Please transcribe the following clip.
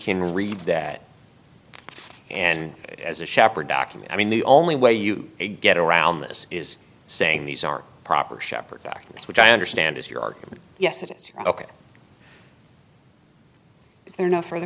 can read that and as a shepherd document i mean the only way you get around this is saying these are proper shepherd documents which i understand is your argument yes it is ok if there are no furthe